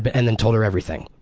but and then told her everything.